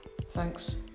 Thanks